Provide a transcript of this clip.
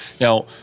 Now